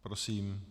Prosím.